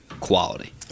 quality